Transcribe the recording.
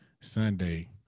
sunday